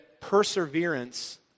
perseverance